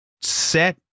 set